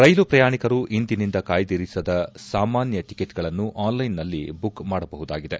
ರೈಲು ಪ್ರಯಾಣಿಕರು ಇಂದಿನಿಂದ ಕಾಯ್ದಿರಿಸದ ಸಾಮಾನ್ಟ ಟಿಕೆಟ್ಗಳನ್ನು ಆನ್ಲೈನ್ನಲ್ಲಿ ಬುಕ್ ಮಾಡಬಹುದಾಗಿದೆ